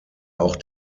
auch